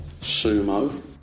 Sumo